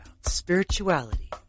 spirituality